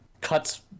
cuts